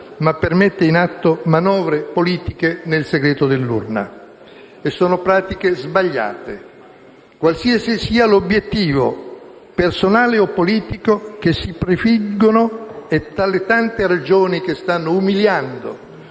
ma per mettere in atto manovre politiche nel segreto dell'urna. Sono pratiche sbagliate, qualsiasi sia l'obiettivo, personale o politico, che si prefiggono e tra le tante ragioni che stanno umiliando